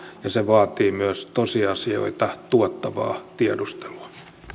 ja se vaatii myös tosiasioita tuottavaa tiedustelua nyt